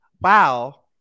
Wow